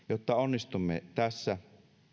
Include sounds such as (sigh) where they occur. (unintelligible) jotta onnistumme tässä